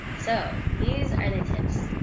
so, these are the tips.